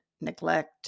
neglect